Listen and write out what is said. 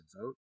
vote